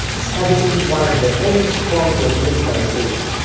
establishing one of the earliest forms of musical notation.